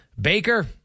Baker